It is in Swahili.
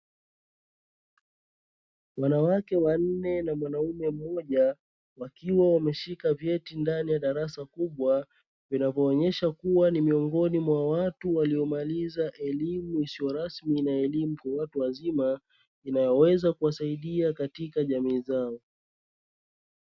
Wanawake wanne na mwanaume mmoja wakiwa wameshika vyeti ndani ya darasa kubwa, vinavyoonyesha kuwa ni miongoni mwa watu waliomaliza elimu isiyo rasmi na elimu kwa watu wazima, inayoweza kuwasaidia katika jamii zao.